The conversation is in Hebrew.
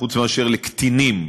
חוץ מאשר לקטינים,